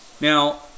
Now